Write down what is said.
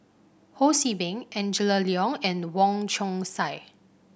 Ho See Beng Angela Liong and Wong Chong Sai